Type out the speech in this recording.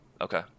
Okay